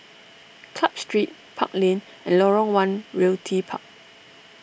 Club Street Park Lane and Lorong one Realty Park